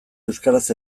euskaraz